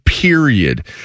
Period